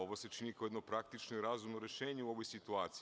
Ovo se čini kao jedno praktično i razumno rešenje u ovoj situaciji.